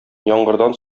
яңгырдан